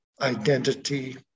identity